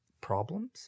problems